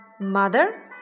Mother